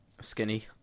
skinny